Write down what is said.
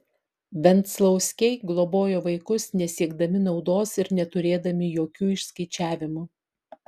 venclauskiai globojo vaikus nesiekdami naudos ir neturėdami jokių išskaičiavimų